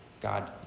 God